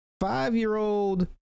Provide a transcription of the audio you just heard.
Five-year-old